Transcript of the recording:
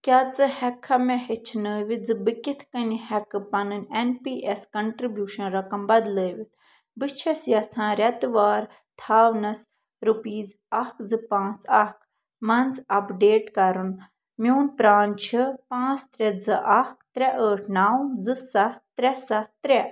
کیٛاہ ژٕ ہیٚکہِ کھا مےٚ ہیٚچھنٲیِتھ زِ بہٕ کِتھ کٔنۍ ہیٚکہٕ پنٕنۍ ایٚن پی ایٚس کنٹرٛبیٛوشن رقم بدلٲیِتھ بہٕ چھیٚس یژھان ریٚتہٕ وارٕ تھاونَس رُپیٖز اکھ زٕ پانٛژھ اکھ منٛز اپڈیٹ کرُن میٛون پرٛان چھُ پانٛژھ ترٛےٚ زٕ اکھ ترٛےٚ ٲٹھ نَو زٕ سَتھ ترٛےٚ سَتھ ترٛےٚ